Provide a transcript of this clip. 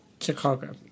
Chicago